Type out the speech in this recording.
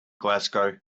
glasgow